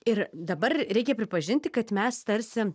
ir dabar reikia pripažinti kad mes tarsi